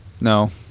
No